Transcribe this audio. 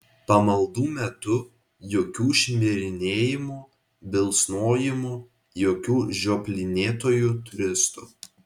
pamaldų metu jokių šmirinėjimų bilsnojimų jokių žioplinėtojų turistų